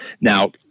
Now